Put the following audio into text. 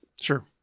Sure